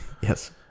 Yes